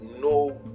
no